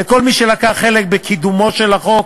לכל מי שלקח חלק בקידומו של החוק,